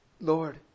Lord